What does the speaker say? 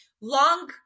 long